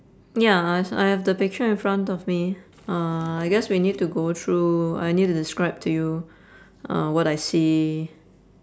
ya I als~ I have the picture in front of me uh I guess we need to go through I need to describe to you uh what I see